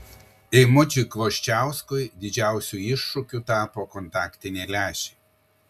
eimučiui kvoščiauskui didžiausiu iššūkiu tapo kontaktiniai lęšiai